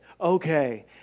okay